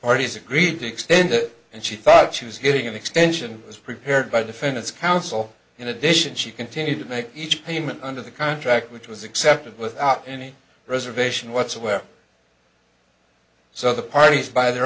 parties agreed to extend it and she thought she was getting an extension was prepared by defendant's counsel in addition she continued to make each payment under the contract which was accepted without any reservation whatsoever so the parties by their